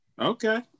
okay